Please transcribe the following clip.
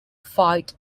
fight